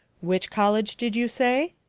which college did you say?